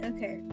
Okay